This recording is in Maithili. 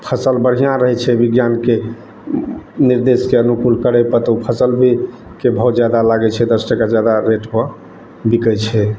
फसल बढ़िऑं रहै छै बिज्ञानके निर्देशसॅं बिलकुल करै तऽ फसल भी के बहुत जादा लागै छै दस टका जादा रेटपर बिकै छै